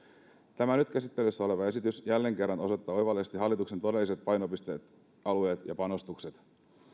tämä nyt käsittelyssä oleva esitys jälleen kerran osoittaa oivallisesti hallituksen todelliset painopistealueet ja panostukset